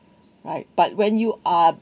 right but when you are